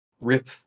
rip